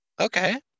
Okay